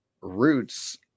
roots